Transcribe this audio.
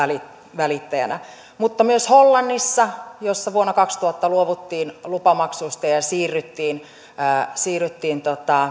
välittäjänä mutta myös hollannissa jossa vuonna kaksituhatta luovuttiin lupamaksuista ja ja siirryttiin siirryttiin